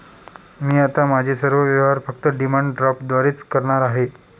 मी आता माझे सर्व व्यवहार फक्त डिमांड ड्राफ्टद्वारेच करणार आहे